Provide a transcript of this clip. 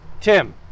Tim